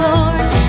Lord